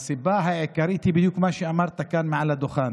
שהסיבה העיקרית היא בדיוק מה שאמרת כאן מעל לדוכן,